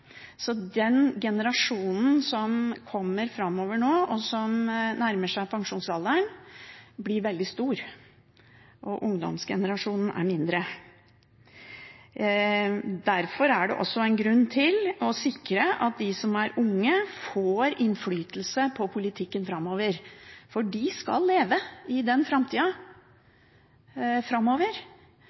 så den generasjonen framover nå som nærmer seg pensjonsalderen, blir veldig stor, og ungdomsgenerasjonen er mindre. Derfor er det også en grunn til å sikre at de som er unge, får innflytelse på politikken framover, for de skal leve i den framtida framover.